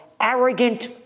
arrogant